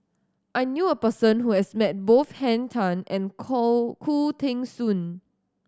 I knew a person who has met both Henn Tan and Khoo Teng Soon